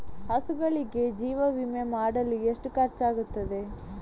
ಹಸುಗಳಿಗೆ ಜೀವ ವಿಮೆ ಮಾಡಲು ಎಷ್ಟು ಖರ್ಚಾಗುತ್ತದೆ?